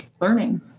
learning